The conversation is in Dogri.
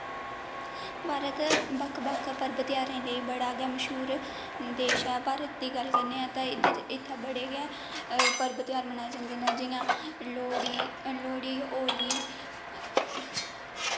भारत बक्ख बक्ख पर्व ध्यारें लेई बड़ा गै मश्हूर देश ऐ देश भारत दी गल्ल करने आं तां एह्दे च इत्थें बड़े गै पर्व ध्यार मनाए जंदे न जि'यां लोह्ड़ी लोह्ड़ी होली